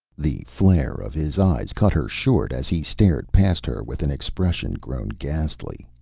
the flare of his eyes cut her short as he stared past her with an expression grown ghastly.